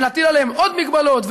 נטיל עליהם עוד מגבלות,